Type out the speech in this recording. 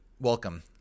Welcome